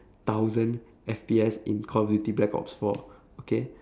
thousand F_P_S in call of duty black ops four okay